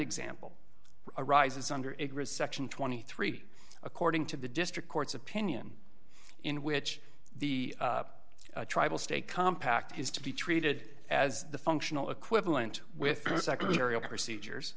example arises under it reception twenty three dollars according to the district court's opinion in which the tribal state compact is to be treated as the functional equivalent with secretarial procedures